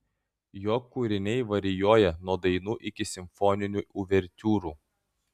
jo kūriniai varijuoja nuo dainų iki simfoninių uvertiūrų